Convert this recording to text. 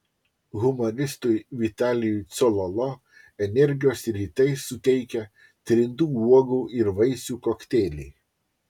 humoristui vitalijui cololo energijos rytais suteikia trintų uogų ir vaisių kokteiliai